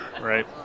Right